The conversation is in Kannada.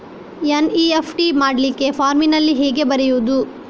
ಎನ್.ಇ.ಎಫ್.ಟಿ ಮಾಡ್ಲಿಕ್ಕೆ ಫಾರ್ಮಿನಲ್ಲಿ ಹೇಗೆ ಬರೆಯುವುದು?